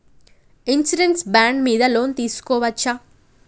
Insurance bond మీద loan తీస్కొవచ్చా?